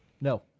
No